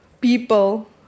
people